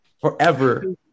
Forever